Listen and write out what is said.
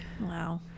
Wow